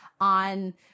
on